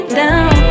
down